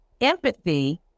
Empathy